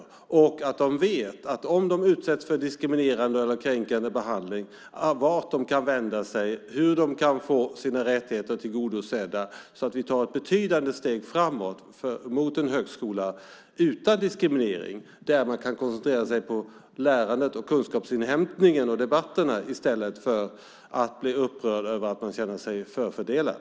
De ska veta vart de ska vända sig om de utsätts för diskriminerande eller kränkande behandling och hur de kan få sina rättigheter tillgodosedda. Då har vi tagit ett betydande steg framåt mot en högskola utan diskriminering där man kan koncentrera sig på lärandet, kunskapsinhämtningen och debatterna i stället för att bli upprörd över att man känner sig förfördelad.